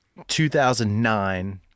2009